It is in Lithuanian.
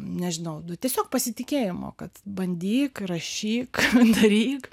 nežinau nu tiesiog pasitikėjimo kad bandyk rašyk daryk